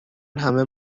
همه